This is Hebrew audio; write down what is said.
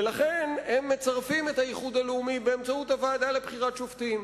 ולכן הם מצרפים את האיחוד הלאומי באמצעות הוועדה לבחירת שופטים.